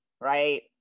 right